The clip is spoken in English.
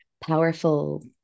powerful